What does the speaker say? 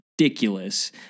ridiculous